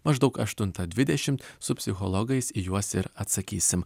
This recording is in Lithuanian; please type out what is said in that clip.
maždaug aštuntą dvidešimt su psichologais į juos ir atsakysim